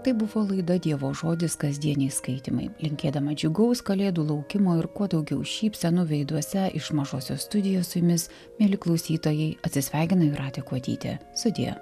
tai buvo laida dievo žodis kasdieniai skaitymai linkėdama džiugaus kalėdų laukimo ir kuo daugiau šypsenų veiduose iš mažosios studijos su jumis mieli klausytojai atsisveikina jūratė kuodytė sudie